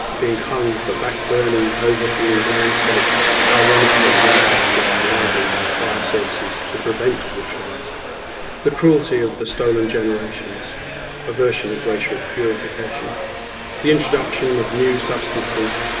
being hung for back-burning over-fueled landscapes ironically now practiced widely by fire services to prevent bushfires the cruelty of the stolen generations a version of racial purification the introduction of new substances,